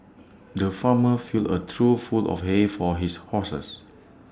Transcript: the farmer filled A trough full of hay for his horses